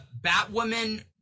Batwoman